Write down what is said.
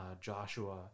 Joshua